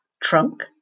trunk